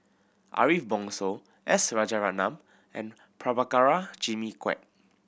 Ariff Bongso S Rajaratnam and Prabhakara Jimmy Quek